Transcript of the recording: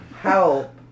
help